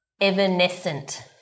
evanescent